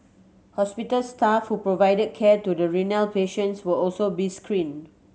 hospital staff who provided care to the renal patients will also be screened